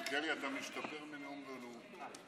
מלכיאלי, אתה משתפר מנאום לנאום.